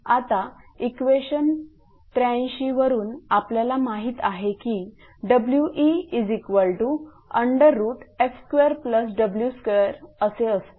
आता इक्वेशन 83 वरून आपल्याला माहित आहे की WeF2W2 असे असते